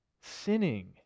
sinning